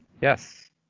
yes